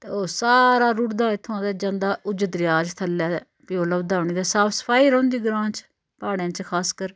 ते ओह् सारा रुड़दा उत्थुआं ते जंदा उज्ज दरेआ च थल्लै ते फ्ही ओह् लभदा बी नेईं ते साफ सफाई रौंह्दी ग्रांऽ च प्हाड़ें च खास कर